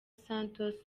santos